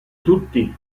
tutti